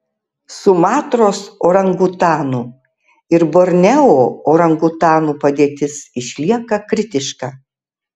sumatros orangutanų ir borneo orangutanų padėtis išlieka kritiška